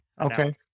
Okay